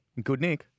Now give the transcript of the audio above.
Goodnick